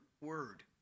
word